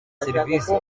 serivisi